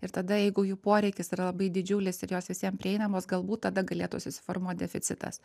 ir tada jeigu jų poreikis yra labai didžiulis ir jos visiem prieinamos galbūt tada galėtų susiformuot deficitas